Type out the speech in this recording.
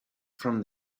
from